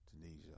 Tunisia